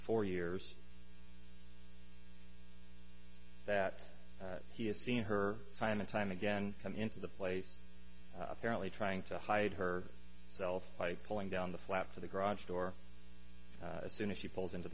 four years that he has seen her time and time again come into the place apparently trying to hide her self by pulling down the flaps of the garage door as soon as she